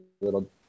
little